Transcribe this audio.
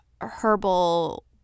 herbal